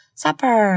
supper